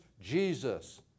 Jesus